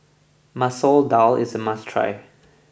Masoor Dal is a must try